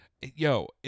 Yo